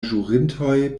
ĵurintoj